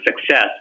success